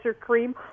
cream